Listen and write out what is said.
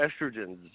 estrogens